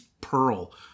pearl